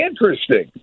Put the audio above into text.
interesting